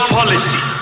policy